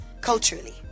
culturally